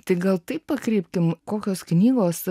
tai gal taip pakreipkim kokios knygos